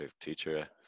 teacher